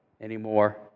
anymore